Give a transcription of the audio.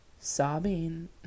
sobbing